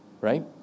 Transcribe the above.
Right